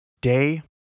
Day